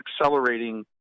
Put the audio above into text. accelerating